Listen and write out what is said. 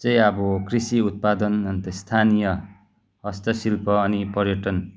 चाहिँ अब कृषि उत्पादन अन्त स्थानीय हस्तशिल्प अनि पर्यटन